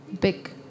big